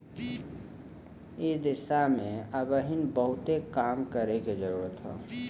एह दिशा में अबहिन बहुते काम करे के जरुरत हौ